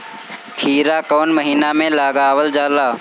खीरा कौन महीना में लगावल जाला?